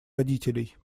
родителей